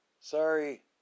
Sorry